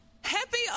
Happy